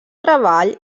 treball